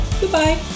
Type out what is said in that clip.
Goodbye